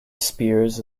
spears